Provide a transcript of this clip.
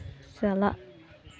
ᱪᱟᱞᱟᱜ